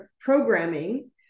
programming